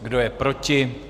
Kdo je proti?